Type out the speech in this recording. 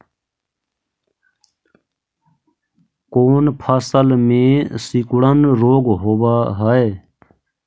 कोन फ़सल में सिकुड़न रोग होब है?